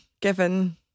given